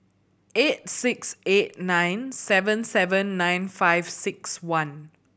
eight six eight nine seven seven nine five six one